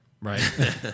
Right